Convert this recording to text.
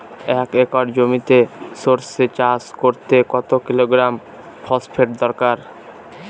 এক একর জমিতে সরষে চাষ করতে কত কিলোগ্রাম ফসফেট দরকার?